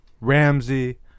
Ramsey